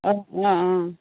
অ' অ' অ'